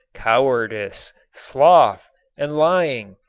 cowardice, sloth and lying.